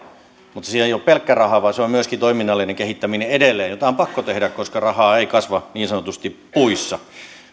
mutta se ei ole pelkkä raha vaan se on myöskin toiminnallinen kehittäminen edelleen jota on pakko tehdä koska raha ei kasva niin sanotusti puissa sitten